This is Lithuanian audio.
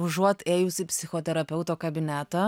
užuot ėjusi į psichoterapeuto kabinetą